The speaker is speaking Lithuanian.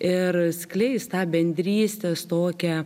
ir skleis tą bendrystės tokią